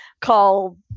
call